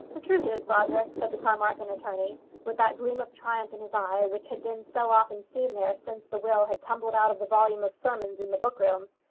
the truth is, brodrick, said the carmarthen attorney, with that gleam of triumph in his eye which had been so often seen there since the will had tumbled out of the volume of sermons in the book-room,